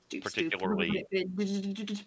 particularly